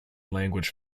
language